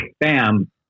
bam